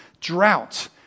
drought